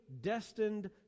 destined